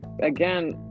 again